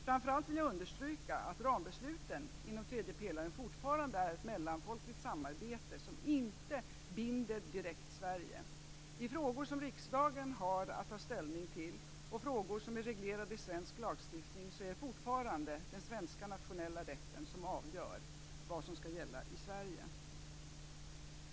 Framför allt vill jag understryka att rambesluten inom tredje pelaren fortfarande är ett mellanfolkligt samarbete som inte direkt binder Sverige. I frågor som riksdagen har att ta ställning till och i frågor som är reglerade i svensk lagstiftning är det fortfarande den svenska nationella rätten som avgör vad som skall gälla i Sverige.